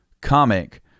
comic